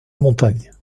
montagne